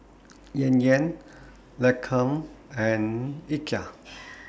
Yan Yan Lancome and Ikea